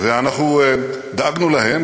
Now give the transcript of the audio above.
ואנחנו דאגנו להם,